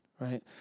right